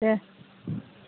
देह